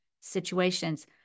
situations